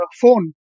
phone